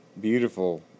beautiful